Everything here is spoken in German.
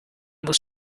muss